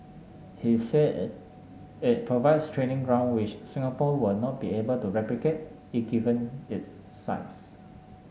he said it provides training ground which Singapore will not be able to replicate it given its size